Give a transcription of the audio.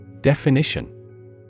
Definition